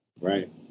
right